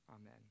Amen